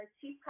chief